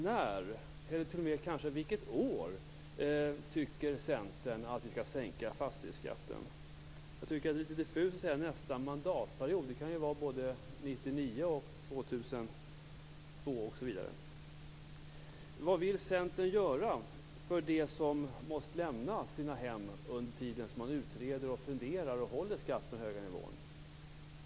När, eller t.o.m. vilket år, tycker Centern att vi skall sänka fastighetsskatten? Det är diffust att säga "nästa mandatperiod", därför att det kan vara såväl 1999 som Vad vill Centern göra för dem som måste lämna sina hem under tiden som man utreder, funderar och håller skatten på den höga nivån?